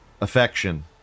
affection